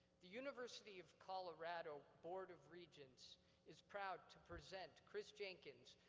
the university of colorado board of regents is proud to present chris jenkins,